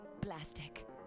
Plastic